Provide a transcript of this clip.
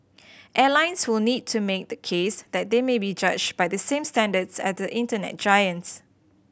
airlines will need to make the case that they may be judged by the same standards as the Internet giants